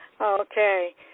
Okay